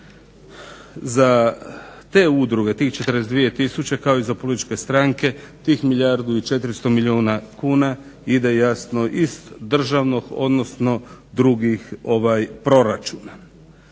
Za te udruge tih 42000 kao i za političke stranke tih milijardu i 400 milijuna kuna ide jasno iz državnog odnosno drugih proračuna.